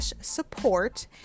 support